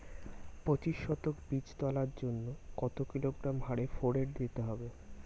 পঁচিশ শতক বীজ তলার জন্য কত কিলোগ্রাম হারে ফোরেট দিতে হবে?